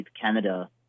Canada